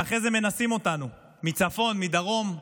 ואחר כך מנסים אותנו מצפון, מדרום,